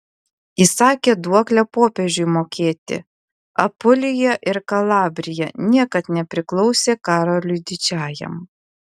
įsakė duoklę popiežiui mokėti apulija ir kalabrija niekad nepriklausė karoliui didžiajam